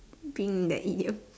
being that idiom